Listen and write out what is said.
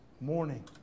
morning